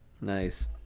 nice